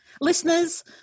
listeners